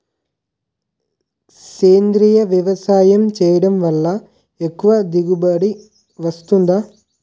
సేంద్రీయ వ్యవసాయం చేయడం వల్ల ఎక్కువ దిగుబడి వస్తుందా?